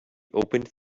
opened